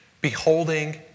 beholding